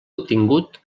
obtingut